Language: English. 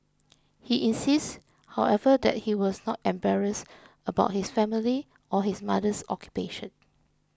he insists however that he was not embarrassed about his family or his mother's occupation